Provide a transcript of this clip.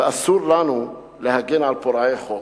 ואסור לנו להגן על פורעי חוק.